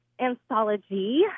anthology